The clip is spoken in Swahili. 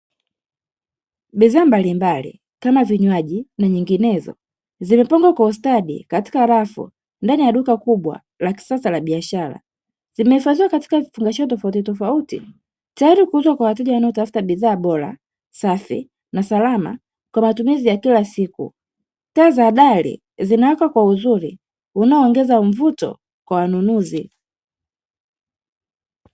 Bidhaa mbalimbali kama vinywaji na nyinginezo zimepangwa kwa ustadi katika rafu ndani ya duka kubwa la kisasa la biashara. Zimehifadhiwa katika vifungashio tofauti tofauti tayari kuuzwa kwa wateja wanaotafuta bidhaa bora, safi na salama kwa matumizi ya kila siku taa za dari zinawaka kwa uzuri unao ongeza mvuto kwa wanunuzi.